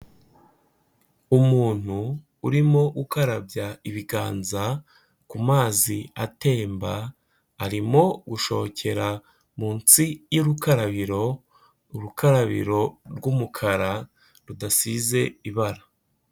Umuntu urimo ukarabya ibiganza ku mazi atemba arimo gushokera munsi y'urukarabiro, urukarabiro rw'umukara rudasize ibara.